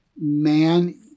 Man